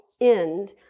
end